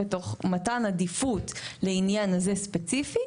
תוך מתן עדיפות לעניין הזה ספציפית,